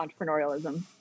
entrepreneurialism